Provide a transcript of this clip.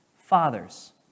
fathers